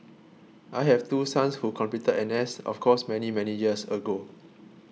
I have two sons who completed N S of course many many years ago